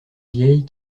vieilles